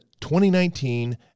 2019